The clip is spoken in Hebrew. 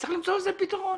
צריך למצוא לזה פתרון.